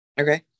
Okay